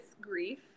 grief